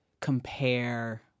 compare